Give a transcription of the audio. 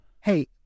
Hey